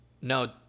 no